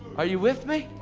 are you with me?